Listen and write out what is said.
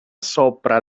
sopra